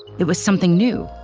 it was something new,